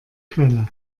quelle